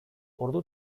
ordu